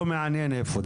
לא מעניין איפה,